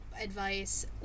advice